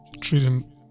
treating